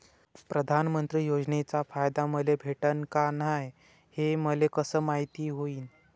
प्रधानमंत्री योजनेचा फायदा मले भेटनं का नाय, हे मले कस मायती होईन?